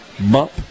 bump